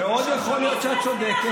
מאוד יכול להיות שאת צודקת,